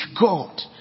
God